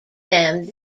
them